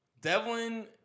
Devlin